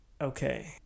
okay